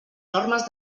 normes